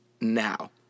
Now